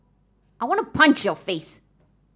I want to punch your face